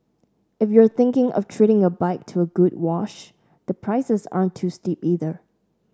if you're thinking of treating your bike to a good wash the prices aren't too steep either